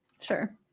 Sure